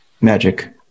magic